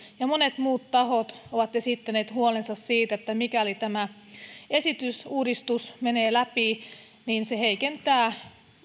ja monet muut tahot ovat esittäneet huolensa siitä että mikäli tämä esitetty uudistus menee läpi se heikentää